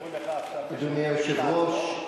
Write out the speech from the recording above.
אדוני היושב-ראש,